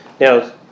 Now